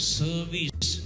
service